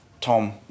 Tom